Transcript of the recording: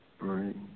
Right